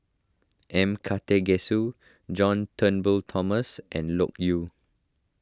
M Karthigesu John Turnbull Thomson and Loke Yew